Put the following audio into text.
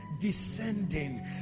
descending